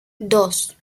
dos